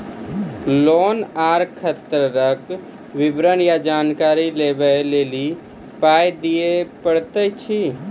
Loan आर खाताक विवरण या जानकारी लेबाक लेल पाय दिये पड़ै छै?